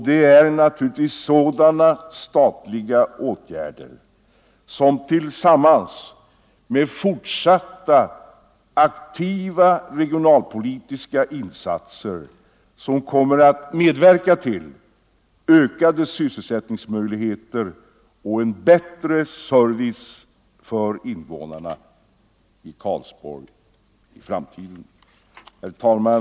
Det är naturligtvis sådana statliga åtgärder förenade 9.december 1974 med fortsatta aktiva regionalpolitiska insatser som kommer att medverka I till ökade sysselsättningsmöjligheter och en bättre service för invånarna — Ang. innebörden av i Karlsborg i framtiden. en svensk anslut Herr talman!